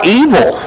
evil